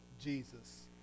Jesus